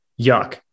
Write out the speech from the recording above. Yuck